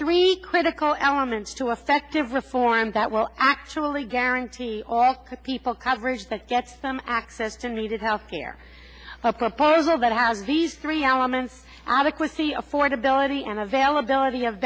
three critical elements to effective reform that will actually guarantee off people coverage that gets them access to needed health care proposal that has these three elements adequacy affordability and availability of